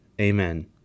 Amen